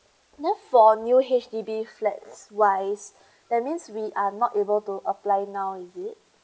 then for a new H_D_B flats wise that means we are not able to apply now is it